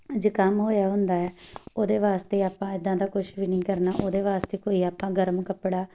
ਜ਼ੁਕਾਮ ਹੋਇਆ ਹੁੰਦਾ ਹੈ ਉਹਦੇ ਵਾਸਤੇ ਆਪਾਂ ਇੱਦਾਂ ਦਾ ਕੁਛ ਵੀ ਨਹੀਂ ਕਰਨਾ ਉਹਦੇ ਵਾਸਤੇ ਕੋਈ ਆਪਾਂ ਗਰਮ ਕੱਪੜਾ